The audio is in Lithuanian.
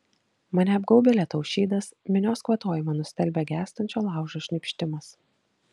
mane apgaubia lietaus šydas minios kvatojimą nustelbia gęstančio laužo šnypštimas